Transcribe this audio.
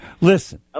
Listen